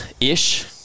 ish